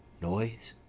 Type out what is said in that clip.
noise?